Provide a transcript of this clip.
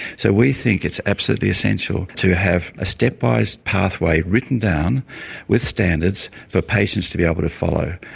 so we think it's absolutely essential to have a step-wise pathway written down with standards for patients to be able to follow.